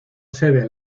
sede